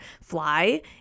fly